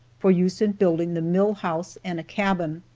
for use in building the mill-house and a cabin.